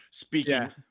Speaking